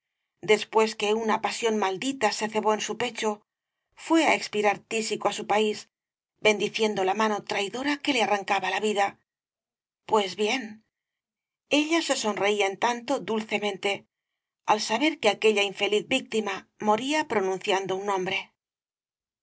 después que una pasión maldita el caballero de las botas azules se cebó en su pecho fué á expirar tísico á su país bendiciendo la mano traidora que le arrancaba la vida pues bien ella se sonreía en tanto dulcemente al saber que aquella infeliz víctima moría pronunciando un nombre